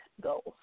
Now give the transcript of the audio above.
goals